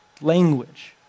language